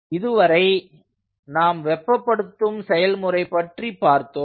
இதுவரை நாம் வெப்பப்படுத்தும் செயல்முறை பற்றி பார்த்தோம்